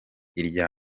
irya